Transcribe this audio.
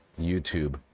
YouTube